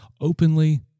openly